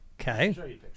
okay